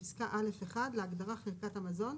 של מזוןבפסקה (א1) להגדרה "חקיקת המזון",